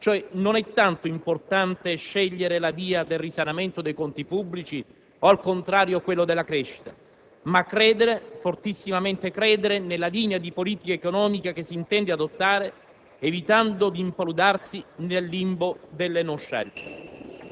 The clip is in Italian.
non è tanto importante scegliere la via del risanamento dei conti pubblici o al contrario quello della crescita, ma fortissimamente credere nella linea di politica economica che si intende adottare evitando di impaludarsi nel limbo delle non scelte.